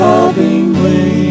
Lovingly